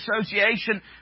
Association